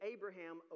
Abraham